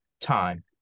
time